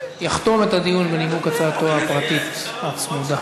יחתום את הדיון בנימוק הצעתו הפרטית הצמודה.